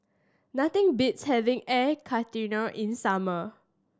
nothing beats having Air Karthira in summer